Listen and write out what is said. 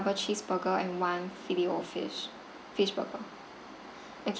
~ble cheese burger and one fillet O fish fish burger ok~